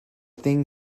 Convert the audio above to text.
thing